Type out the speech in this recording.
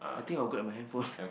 I think I'll grab my handphone